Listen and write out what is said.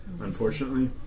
Unfortunately